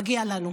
מגיע לנו.